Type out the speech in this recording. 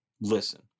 Listen